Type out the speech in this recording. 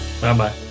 bye-bye